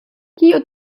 kio